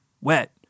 wet